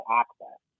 access